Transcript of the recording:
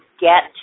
get